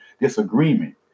disagreement